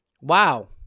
Wow